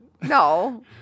No